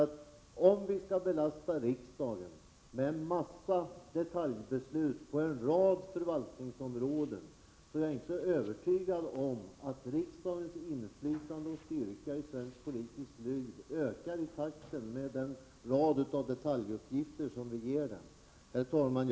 Skall vi belasta riksdagen med en mängd detaljbeslut på en rad förvaltningsområden, är jag inte övertygad om att riksdagens inflytande och styrka i svenskt politiskt liv ökar i förhållande till det antal detaljuppgifter som vi ger den. Herr talman!